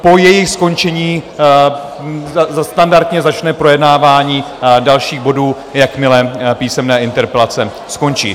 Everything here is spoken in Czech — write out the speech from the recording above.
Po jejich skončení standardně začne projednávání dalších bodů, jakmile písemné interpelace skončí.